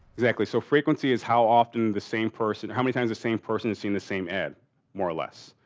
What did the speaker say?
exactly. so, frequency is how often the same person, how many times the same person has seen the same add more or less.